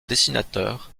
dessinateur